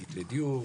האסטרטגית לדיור,